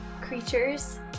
creatures